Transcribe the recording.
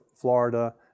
Florida